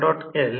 तर I2 8